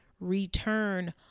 return